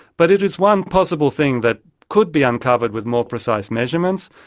but it is one possible thing that could be uncovered with more precise measurements.